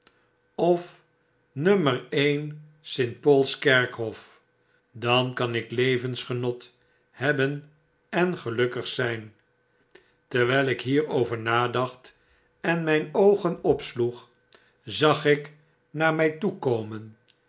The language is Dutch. of nummer een st paul's kerkhof dan kan ik levensgenot hebben en gelukkig zyn terwyl ik hierover nadacht en myn oogen opsloeg zag ik naar my toekomen